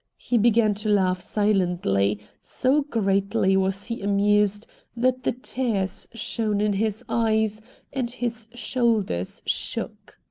he began to laugh silently so greatly was he amused that the tears shone in his eyes and his shoulders shook.